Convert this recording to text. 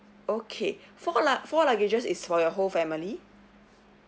okay four lug~ four luggages is for your whole family